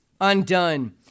undone